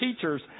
teachers